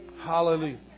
Hallelujah